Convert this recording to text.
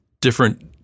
different